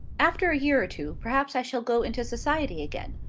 after a year or two, perhaps i shall go into society again.